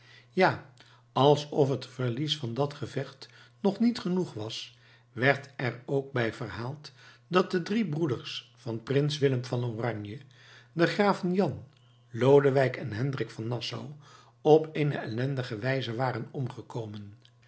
ja alsof het verlies van dat gevecht nog niet genoeg was werd er ook bij verhaald dat de drie broeders van prins willem van oranje de graven jan lodewijk en hendrik van nassau op eene ellendige wijze waren omgekomen